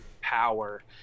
power